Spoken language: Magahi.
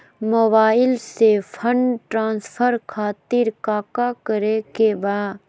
मोबाइल से फंड ट्रांसफर खातिर काका करे के बा?